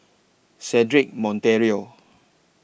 Cedric Monteiro